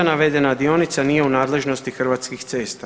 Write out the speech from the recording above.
Navedena dionica nije u nadležnosti Hrvatskih cesta.